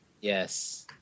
Yes